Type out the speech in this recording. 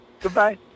goodbye